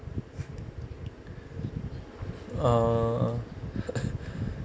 uh